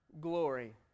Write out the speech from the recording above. glory